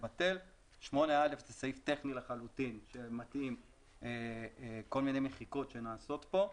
סעיף (8א) הוא סעיף טכני לחלוטין שמתאים כל מיני מחיקות שנעשות כאן.